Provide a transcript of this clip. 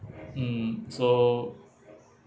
mm so